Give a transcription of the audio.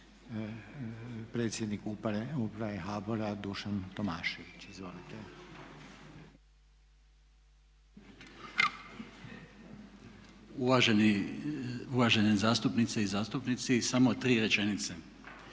Uvažene zastupnice i zastupnici, samo tri rečenice.